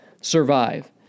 Survive